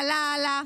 / לה לה לה,